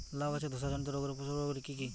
লাউ গাছের ধসা জনিত রোগের উপসর্গ গুলো কি কি?